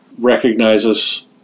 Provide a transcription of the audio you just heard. recognizes